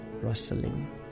rustling